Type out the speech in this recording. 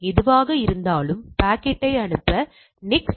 எதுவாக இருந்தாலும் பாக்கெட்டை அனுப்ப நெக்ஸ்ட்